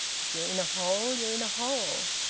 if you're in a hole, you're in a hole.